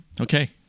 Okay